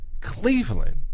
Cleveland